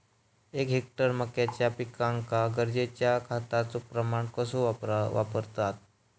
एक हेक्टर मक्याच्या पिकांका गरजेच्या खतांचो प्रमाण कसो वापरतत?